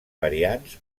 variants